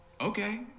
okay